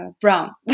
brown